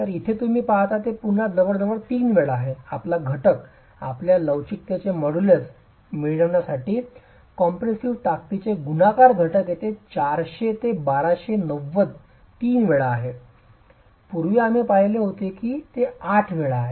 तर इथे तुम्ही पाहता ते पुन्हा जवळजवळ 3 वेळा आहे आपला घटक आपल्या लवचिकतेचे मॉड्यूलस मिळविण्यासाठी कॉम्प्रेशिव्ह ताकदीचे गुणाकार घटक येथे 400 ते 1290 3 वेळा आहे पूर्वी आम्ही पाहिले होते की हे 8 वेळा आहे